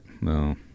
No